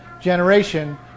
generation